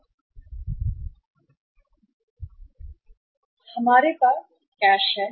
यहां हमारे पास कैश है